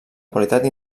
qualitat